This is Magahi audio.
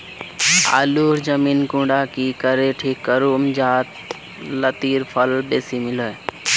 आलूर जमीन कुंडा की करे ठीक करूम जाहा लात्तिर फल बेसी मिले?